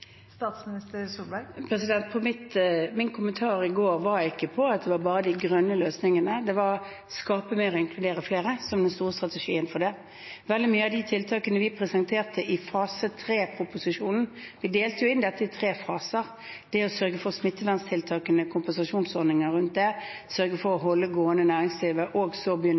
Min kommentar i går var ikke at det bare var de grønne løsningene, det var å skape mer og inkludere flere, som den store strategien for det. Veldig mange av de tiltakene vi presenterte i fase 3-proposisjonen – vi delte jo dette inn i tre faser: det å sørge for smitteverntiltakene, kompensasjonsordninger rundt det, sørge for å holde næringslivet gående og så begynne